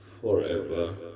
forever